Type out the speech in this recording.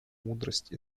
мудрость